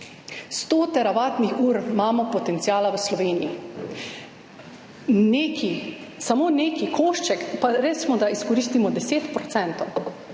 100 teravatnih ur imamo potenciala v Sloveniji. Če izkoristimo samo nek košček, pa recimo, da izkoristimo 10